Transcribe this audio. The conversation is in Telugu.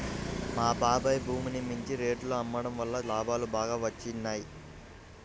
మా బాబాయ్ భూమిని మంచి రేటులో అమ్మడం వల్ల లాభాలు బాగా వచ్చినియ్యి